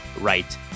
right